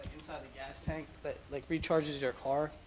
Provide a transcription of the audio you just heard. inside the gas tank, but like recharges your car.